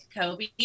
Kobe